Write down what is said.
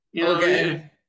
Okay